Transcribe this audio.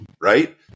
right